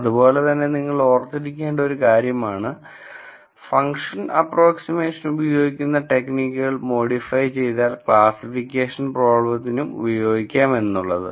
അതുപോലെ തന്നെ നിങ്ങൾ ഓർത്തിരിക്കേണ്ട ഒരു കാര്യമാണ് ഫങ്ക്ഷൻ അപ്പ്രോക്സിമഷന് ഉപയോഗിക്കുന്ന ടെക്നിക്കുകൾ മോഡിഫൈ ചെയ്താൽ ക്ലാസ്സിഫിക്കേഷൻ പ്രോബ്ലത്തിനും ഉപയോഗിക്കാം എന്നുള്ളത്